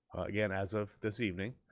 again as of this evening,